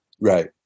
Right